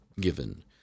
given